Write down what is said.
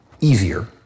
easier